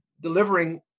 delivering